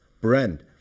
brand